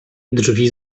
drzwi